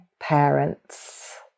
parents